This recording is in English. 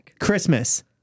Christmas